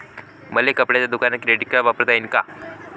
मले कपड्याच्या दुकानात क्रेडिट कार्ड वापरता येईन का?